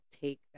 take